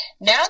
now